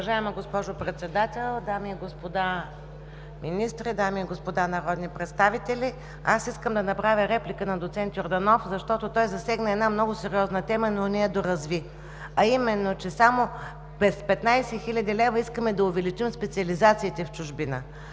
Уважаема госпожо Председател, дами и господа министри, дами и господа народни представители! Искам да направя реплика на доцент Йорданов, защото той засегна една много сериозна тема, но не я доразви, а именно, че само с 15 хил. лв. искаме да увеличим специализациите в чужбина.